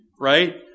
right